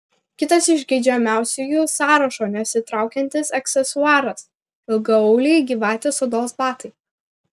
kitas iš geidžiamiausiųjų sąrašo nesitraukiantis aksesuaras ilgaauliai gyvatės odos batai